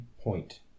point